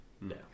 no